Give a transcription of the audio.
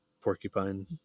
porcupine